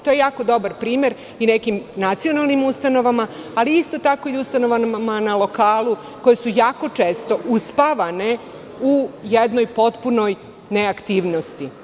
To je jako dobar primer i nekim nacionalnim ustanovama, ali isto tako i ustanovama na lokalu koje su jako često uspavane u jednoj potpunoj neaktivnosti.